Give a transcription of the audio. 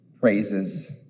praises